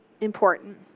important